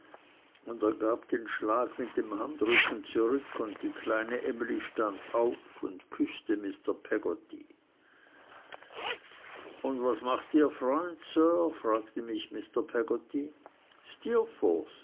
hört er gab den schlag mit dem handrücken zurück und die kleine emly stand auf und küßte mr peggotty und was macht ihr freund sir fragte mich mr peggotty